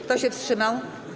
Kto się wstrzymał?